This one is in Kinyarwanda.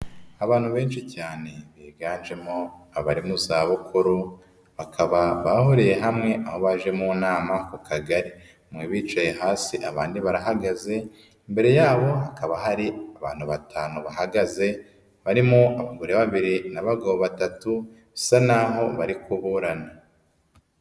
Abantu benshi cyane biganjemo abari mu zabukuruba, bahuye hamwe abaje mu nama ku kagari. Bamwe bicaye hasi, abandi barahagaze. Imbere yabo hakaba hari abantu batanu bahagaze barimo abagore babiri n'abagabo batatu basa naho bari kuburana.